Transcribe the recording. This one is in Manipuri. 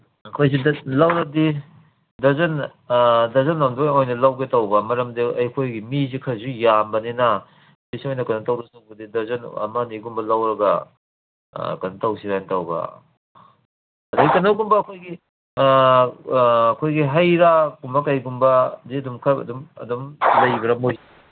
ꯑꯩꯈꯣꯏꯁꯤ ꯂꯧꯔꯗꯤ ꯗꯔꯖꯟ ꯗꯔꯖꯟꯂꯣꯝꯗ ꯑꯣꯏꯅ ꯂꯧꯕ ꯇꯧꯕ ꯃꯔꯝꯗꯤ ꯑꯩꯈꯣꯏꯒꯤ ꯃꯤꯁꯦ ꯈꯔꯁꯨ ꯌꯥꯝꯕꯅꯤꯅ ꯄꯤꯁ ꯑꯣꯏꯅ ꯀꯩꯅꯣ ꯇꯧꯗꯧ ꯁꯔꯨꯛꯄꯨꯗꯤ ꯗꯔꯖꯟ ꯑꯃꯅꯤꯒꯨꯝꯕ ꯂꯧꯔꯒ ꯀꯩꯅꯣ ꯇꯧꯁꯤꯔꯥꯅ ꯇꯧꯕ ꯑꯗꯩ ꯀꯩꯅꯣꯒꯨꯝꯕ ꯑꯩꯈꯣꯏꯒꯤ ꯑꯩꯈꯣꯏꯒꯤ ꯍꯩꯔꯥꯒꯨꯝꯕ ꯀꯩꯒꯨꯝꯕꯗꯤ ꯈꯔ ꯑꯗꯨꯝ ꯑꯗꯨꯝ ꯂꯩꯕ꯭ꯔꯥ